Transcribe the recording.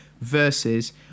versus